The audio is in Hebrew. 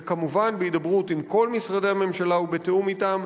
וכמובן בהידברות עם כל משרדי הממשלה ובתיאום אתם,